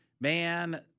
Man